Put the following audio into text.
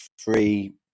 three